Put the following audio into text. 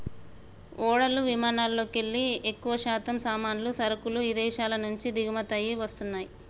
ఓడలు విమానాలల్లోకెల్లి ఎక్కువశాతం సామాన్లు, సరుకులు ఇదేశాల నుంచి దిగుమతయ్యి వస్తన్నయ్యి